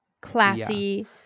classy